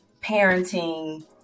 parenting